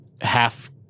Half